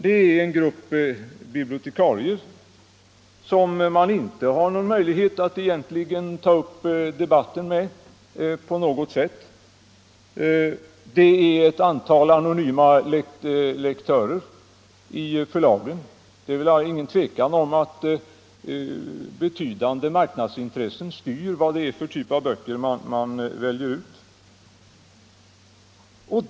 Det är fråga om en grupp bibliotekarier och ett antal anonyma lektörer i förlagen som man inte har någon möjlighet att ta upp debatt med. Det råder väl inget tvivel om att betydande marknadsintressen i dag styr vad det är för typ av böcker man väljer ut.